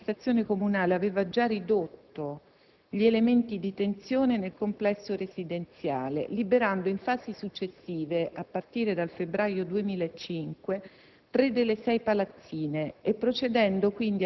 Per quanto di sua competenza, l'amministrazione comunale aveva già ridotto gli elementi di tensione nel complesso residenziale liberando in fasi successive, a partire dal febbraio 2005,